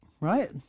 right